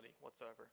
whatsoever